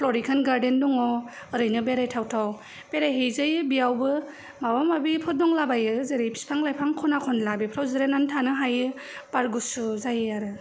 फ्लरिखान garden दं ओरैनो बेरायथावथाव बेरायहैजायो बेयावबो माबा माबिफोर दंला बायो जेरै बिफां लायफां खना खनला बेफ्राव जिरायनानै थानो हायो बार गुसु जायो आरो